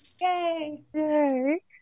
Yay